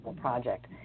project